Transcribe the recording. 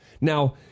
Now